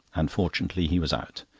and fortunately he was out,